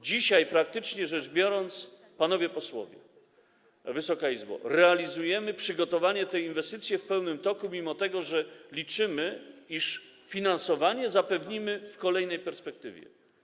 Dzisiaj, praktycznie rzecz biorąc, panowie posłowie, Wysoka Izbo, realizacja przygotowania tej inwestycji jest w pełnym toku, mimo że liczymy na to, iż finansowanie zapewnimy w kolejnej perspektywie.